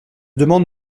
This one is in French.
demande